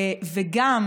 וגם